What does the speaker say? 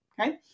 Okay